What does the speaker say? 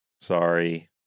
sorry